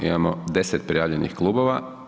Imamo 10 prijavljenih klubova.